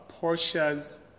Porsche's